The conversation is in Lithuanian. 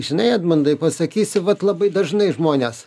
žinai edmundai pasakysiu vat labai dažnai žmonės